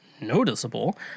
noticeable